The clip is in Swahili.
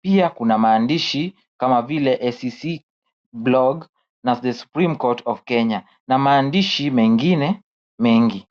Pia kuna maandishi kama vile SCC Blog na The Supreme Court of Kenya na maandishi mengine mengi.